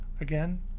Again